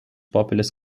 populous